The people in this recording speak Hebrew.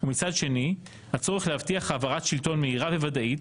ומצד שני הצורך להבטיח העברת שלטון מהירה וודאית